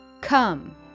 Come